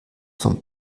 von